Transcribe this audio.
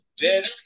better